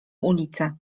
ulicę